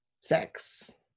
sex